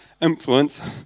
influence